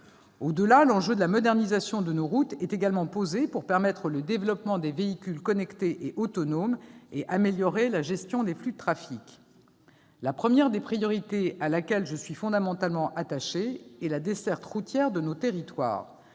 Au-delà, l'enjeu de la modernisation de nos routes est également posé. Celle-ci doit favoriser le développement des véhicules connectés et autonomes et améliorer la gestion des flux de trafic. La première des priorités à laquelle je suis fondamentalement attachée est la desserte routière de nos territoires.